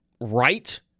right